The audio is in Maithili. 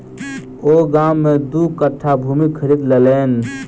ओ गाम में दू कट्ठा भूमि खरीद लेलैन